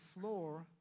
floor